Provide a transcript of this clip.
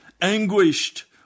anguished